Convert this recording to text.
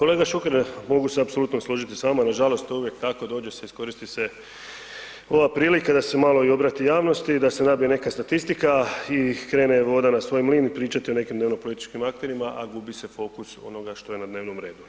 Kolega Šuker mogu se apsolutno složiti s vama, nažalost to uvijek tako dođe iskoristi se ova prilika da se malo obrati javnosti i da se nabije neka statistika i krene voda na svoj mlin i pričati o nekim dnevno političkim akterima, a gubi se fokus onoga što je na dnevnom redu.